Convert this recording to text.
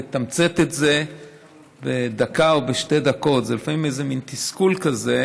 לתמצת את זה בדקה או בשתי דקות זה לפעמים איזה מין תסכול כזה,